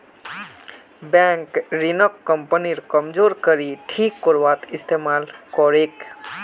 bank ऋणक कंपनीर कमजोर कड़ी ठीक करवात इस्तमाल करोक